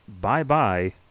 bye-bye